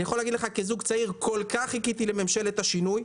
אני יכול להגיד לך שכזוג צעיר כל כך חיכיתי לממשלת השינוי,